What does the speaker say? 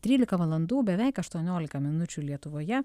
trylika valandų beveik aštuoniolika minučių lietuvoje